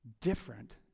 different